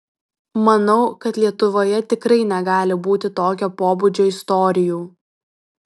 manau kad lietuvoje tikrai negali būti tokio pobūdžio istorijų